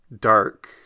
dark